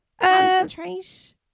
Concentrate